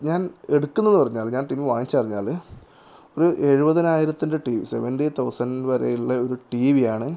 ഞാൻ എടുക്കുന്നത് എന്ന് പറഞ്ഞാൽ ഞാൻ ടീ വി വാങ്ങിച്ചെന്ന് പറഞ്ഞാൽ ഒരു എഴുപതിനായിരത്തിൻ്റെ ടി വി സെവൻറ്റി തൗസൻറ്റ് വരെയുള്ള ഒരു ടി വിയാണ്